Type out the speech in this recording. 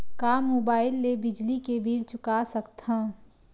का मुबाइल ले बिजली के बिल चुका सकथव?